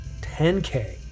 10k